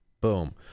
Boom